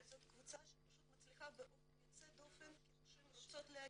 זאת קבוצה שמצליחה באופן יוצא דופן כי נשים רוצות להגיע,